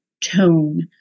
tone